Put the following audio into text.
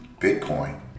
bitcoin